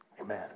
Amen